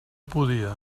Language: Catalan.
podia